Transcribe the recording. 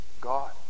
God